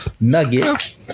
nugget